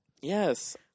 Yes